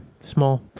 small